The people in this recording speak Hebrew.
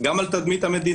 גם על תדמית המדינה,